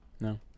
No